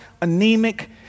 anemic